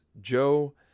Joe